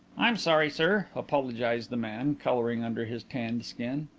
i'm sorry, sir, apologized the man, colouring under his tanned skin.